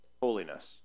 holiness